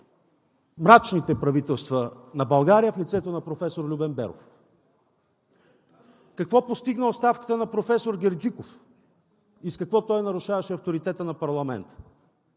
най-мрачните правителства на България в лицето на професор Любен Беров. Какво постигна оставката на професор Герджиков и с какво той нарушаваше авторитета на парламента?